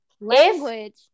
language